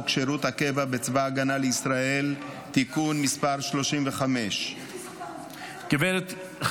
שירות הקבע בצבא הגנה לישראל (תיקון מס' 35). מי הכניס אותם?